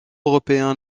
européen